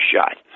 shot